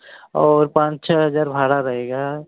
और पाँच छः हज़ार भाड़ा रहेगा